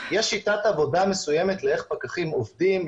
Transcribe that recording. יש שיטת עבודה מסוימת איך פקחים עובדים,